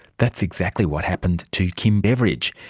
that's exactly what happened to kim beveridge.